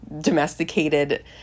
domesticated